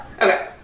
Okay